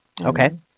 Okay